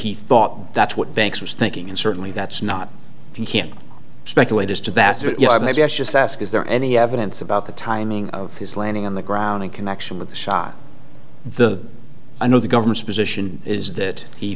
he thought that's what banks was thinking and certainly that's not you can't speculate as to that you know i guess just ask is there any evidence about the timing of his landing on the ground in connection with the shot the i know the government's position is that he